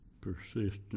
Persistent